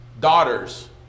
daughters